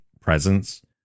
presence